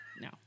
no